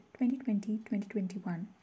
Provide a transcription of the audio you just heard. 2020-2021